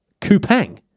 Kupang